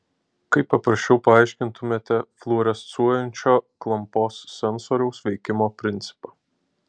kaip paprasčiau paaiškintumėte fluorescuojančio klampos sensoriaus veikimo principą